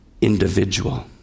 individual